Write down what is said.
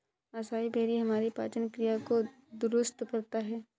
acai berry हमारी पाचन क्रिया को दुरुस्त करता है